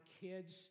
kids